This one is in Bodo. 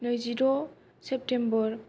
नैजिद' सेप्टेम्बर